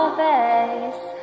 face